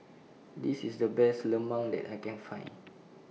This IS The Best Lemang that I Can Find